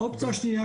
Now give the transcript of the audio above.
האופציה השנייה,